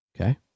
Okay